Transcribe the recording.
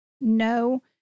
no